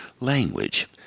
language